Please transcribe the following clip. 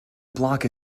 block